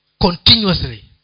Continuously